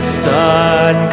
sun